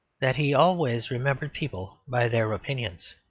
that he always remembered people by their opinions.